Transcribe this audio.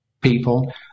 people